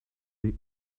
des